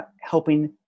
helping